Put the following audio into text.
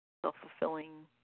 self-fulfilling